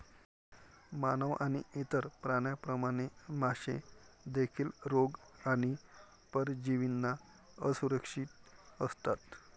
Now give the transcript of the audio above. मानव आणि इतर प्राण्यांप्रमाणे, मासे देखील रोग आणि परजीवींना असुरक्षित असतात